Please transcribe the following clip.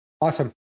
awesome